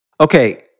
Okay